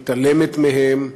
מתעלמת מהם,